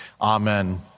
Amen